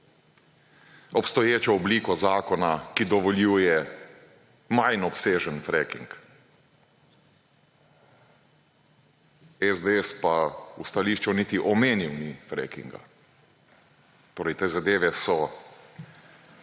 obstoječo obliko zakona, ki dovoljuje manj obsežen fracking. SDS pa v stališču niti omenil ni, torej te zadeve so